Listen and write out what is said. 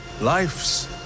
life's